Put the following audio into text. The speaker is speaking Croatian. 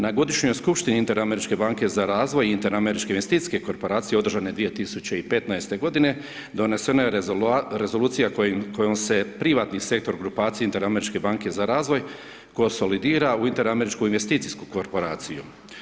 Na godišnjoj Skupštini Inter-Američke banke za razvoj i Inter-Američke investicijske korporacije održane 2015.-te godine, donesena je rezolucija kojom se privatni sektor grupacije Inter-Američke banke za razvoj konsolidira u Inter-Američku investicijsku korporaciju.